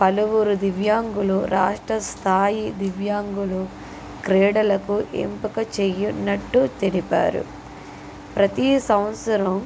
పలువురు దివ్యాంగులు రాష్ట్రస్థాయి దివ్యాంగులు క్రీడలకు ఎంపిక చేయున్నట్టు తెలిపారు ప్రతీ సంవత్సరం